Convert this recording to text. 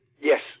Yes